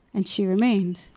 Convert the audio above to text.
and she remained.